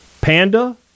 Panda